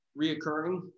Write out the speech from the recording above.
reoccurring